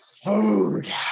Food